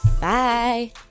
Bye